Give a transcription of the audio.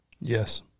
Yes